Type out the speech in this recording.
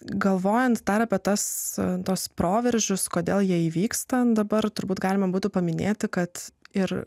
galvojant apie tas tuos proveržius kodėl jie įvyksta nu dabar turbūt galima būtų paminėti kad ir